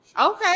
Okay